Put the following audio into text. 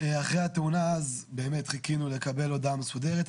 אחרי התאונה אז באמת חיכינו לקבל הודעה מסודרת.